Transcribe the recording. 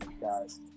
guys